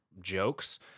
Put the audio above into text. jokes